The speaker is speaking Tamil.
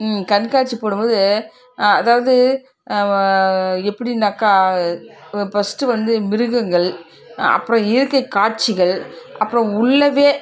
ம் கண்காட்சி போடும் போது அதாவது எப்படினாக்கா பஸ்ட்டு வந்து மிருகங்கள் அப்புறம் இயற்கை காட்சிகள் அப்புறம் உள்ளவே